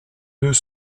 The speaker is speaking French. deux